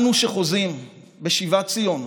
אנו, שחוזים בשיבת ציון,